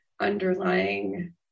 underlying